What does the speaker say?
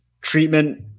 treatment